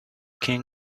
king